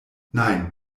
nein